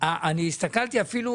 המחלבה לא נסגרה,